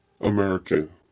American